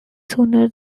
sooner